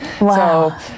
Wow